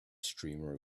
streamer